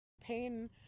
pain